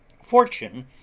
fortune